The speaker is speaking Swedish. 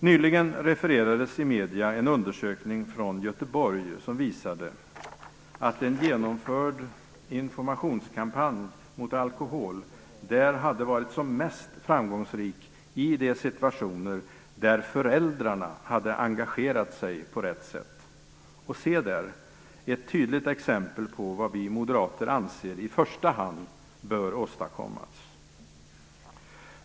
Nyligen refererades i medierna en undersökning från Göteborg som visade att en genomförd informationskampanj mot alkohol hade varit som mest framgångsrik i de situationer där föräldrarna hade engagerat sig på rätt sätt. Se där - ett tydligt exempel på vad vi moderater anser bör åstadkommas i första hand.